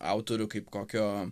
autorių kaip kokio